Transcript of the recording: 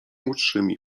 młodszymi